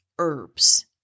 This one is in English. herbs